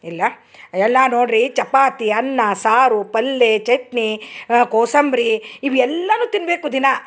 ಇಲ್ಲ ಎಲ್ಲಾ ನೋಡ್ರಿ ಚಪಾತಿ ಅನ್ನ ಸಾರು ಪಲ್ಲೆ ಚಟ್ನಿ ಕೋಸಂಬರಿ ಇವು ಎಲ್ಲನು ತಿನ್ನಬೇಕು ದಿನ